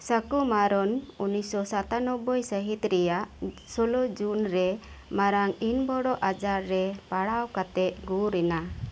ᱥᱟᱠᱩᱢᱟᱨᱚᱱ ᱩᱱᱤᱥ ᱥᱚ ᱥᱟᱛᱟᱱᱚᱵᱽᱵᱚᱭ ᱥᱟᱹᱦᱤᱛ ᱨᱮᱭᱟᱜ ᱥᱳᱞᱳᱭ ᱡᱩᱱ ᱨᱮ ᱢᱟᱨᱟᱝ ᱤᱱᱵᱚᱨᱚ ᱟᱡᱟᱨ ᱨᱮ ᱯᱟᱲᱟᱣ ᱠᱟᱛᱮᱫ ᱜᱩᱨ ᱮᱱᱟᱭ